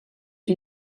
une